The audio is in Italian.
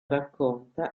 racconta